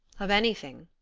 of anything.